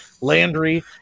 Landry